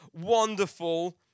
wonderful